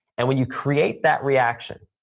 and when you create that reaction,